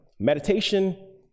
Meditation